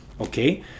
Okay